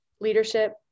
leadership